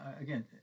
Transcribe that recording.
again